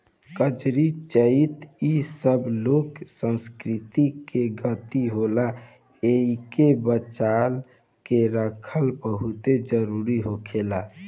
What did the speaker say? कजरी, चइता इ सब लोक संस्कृति के गीत होला एइके बचा के रखल बहुते जरुरी होखेला